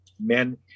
men